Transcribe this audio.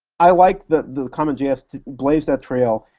i like that commonjs blazed that trail,